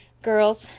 girls,